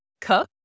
cook